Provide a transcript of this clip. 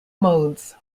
modes